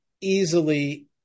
easily